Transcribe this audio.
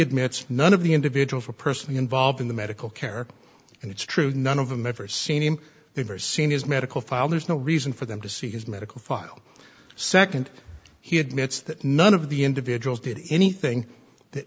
admits none of the individuals are personally involved in the medical care and it's true none of them ever seen him him or seen his medical file there's no reason for them to see his medical file second he admits that none of the individuals did anything that